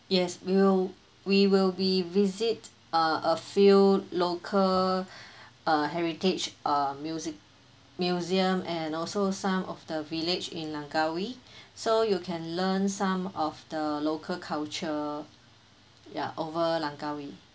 yes we'll we will be visit err a few local err heritage err music museum and also some of the village in langkawi so you can learn some of the local culture ya over langkawi